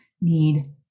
need